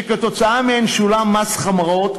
שכתוצאה מהן שולם מס